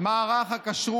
של שנים של מערך הכשרות,